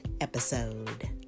episode